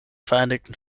vereinigten